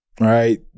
Right